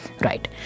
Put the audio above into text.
right